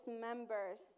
members